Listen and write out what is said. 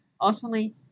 Ultimately